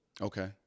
Okay